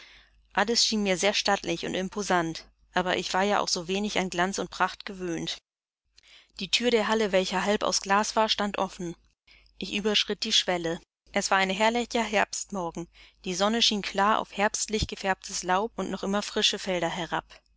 alles erschien mir sehr stattlich und imposant aber ich war ja auch so wenig an glanz und pracht gewöhnt die thür der halle welche halb aus glas war stand offen ich überschritt die schwelle es war ein herrlicher herbstmorgen die sonne schien klar auf herbstlich gefärbtes laub und noch immer frische felder herab